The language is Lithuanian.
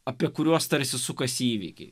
apie kuriuos tarsi sukasi įvykiai